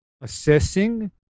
assessing